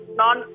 non